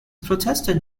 protested